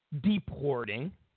deporting